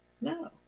No